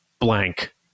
blank